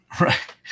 Right